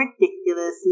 ridiculousness